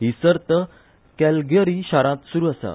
ही सर्त कॅलगरी शारांत सुरू आसा